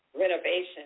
renovation